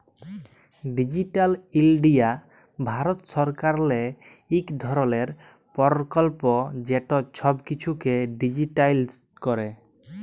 digital India Bharat সরকারেরলে ইক ধরলের পরকল্প যেট ছব কিছুকে ডিজিটালাইস্ড ক্যরে